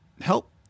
help